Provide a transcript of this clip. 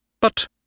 But